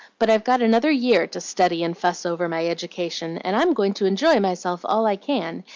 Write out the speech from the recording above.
but i've got another year to study and fuss over my education, and i'm going to enjoy myself all i can,